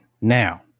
now